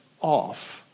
off